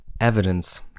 Evidence